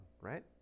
right